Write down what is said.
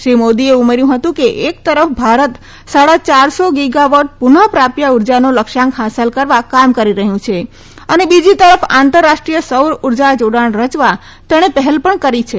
શ્રી મોદીએ ઉમેર્યુ હતું કે એક તરફ ભારત સાડા ચારસો ગીગાવોટ પુનઃપ્રાપ્ય ઉર્જાનો લક્ષ્યાંક હાંસલ કરવા કામ કરી રહયું છે અને બીજી તરફ આંતરરાષ્ટ્રીય સૌર ઉર્જા જોડાણ રચવા તેણે પહેલ પણ કરી છે